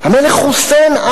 המלך חוסיין,